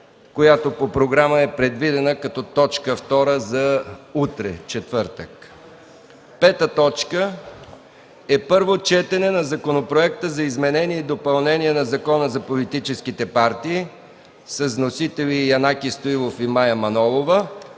която по програма е предвидена като точка втора за утре, четвъртък. 5. Първо четене на законопроекти за изменение и допълнение на Закона за политическите партии. Вносители – Янаки Стоилов и Мая Манолова;